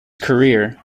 career